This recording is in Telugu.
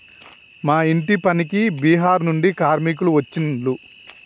మా ఇంటి పనికి బీహార్ నుండి కార్మికులు వచ్చిన్లు